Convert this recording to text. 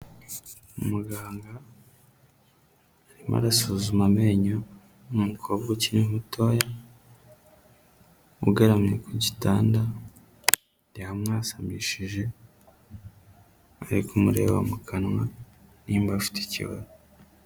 Muganga arimo arasuzuma amenyo umukobwa ukiri mutoya, ugaramye ku gitanda yamwasanishije, ari kumureba mu kanwa niba afite ikibazo.